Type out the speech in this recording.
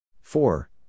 Four